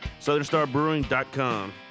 SouthernStarBrewing.com